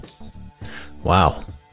Wow